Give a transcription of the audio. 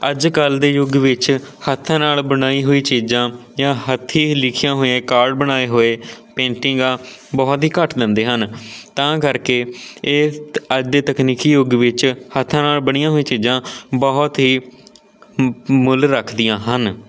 ਅੱਜ ਕੱਲ੍ਹ ਦੇ ਯੁੱਗ ਵਿੱਚ ਹੱਥਾਂ ਨਾਲ਼ ਬਣਾਈ ਹੋਈ ਚੀਜ਼ਾਂ ਜਾਂ ਹੱਥੀਂ ਲਿਖੀਆਂ ਹੋਈਆਂ ਕਾਰਡ ਬਣਾਏ ਹੋਏ ਪੇਂਟਿੰਗਾਂ ਬਹੁਤ ਹੀ ਘੱਟ ਦਿੰਦੇ ਹਨ ਤਾਂ ਕਰਕੇ ਇਹ ਅੱਜ ਦੇ ਤਕਨੀਕੀ ਯੁੱਗ ਵਿੱਚ ਹੱਥਾਂ ਨਾਲ ਬਣੀਆਂ ਹੋਈਆਂ ਚੀਜ਼ਾਂ ਬਹੁਤ ਹੀ ਮ ਮੁੱਲ ਰੱਖਦੀਆਂ ਹਨ